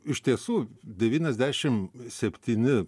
iš tiesų devyniasdešimt septyni